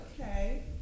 Okay